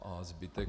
A zbytek?